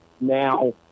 Now